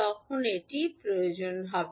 তখন এটি প্রয়োজন হবে